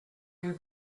you